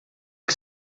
que